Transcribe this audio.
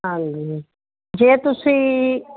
ਹਾਂਜੀ ਜੇ ਤੁਸੀਂ